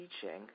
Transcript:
teaching